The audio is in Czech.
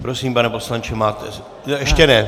Prosím, pane poslanče máte... ještě ne.